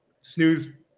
snooze